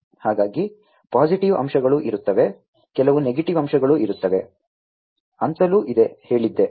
ಹಾಗಾಗಿ ಪಾಸಿಟಿವ್ ಅಂಶಗಳೂ ಇರುತ್ತವೆ ಕೆಲವು ನೆಗೆಟಿವ್ ಅಂಶಗಳೂ ಇರುತ್ತವೆ ಅಂತಲೂ ಹೇಳಿದ್ದೆ